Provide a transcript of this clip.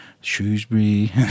Shrewsbury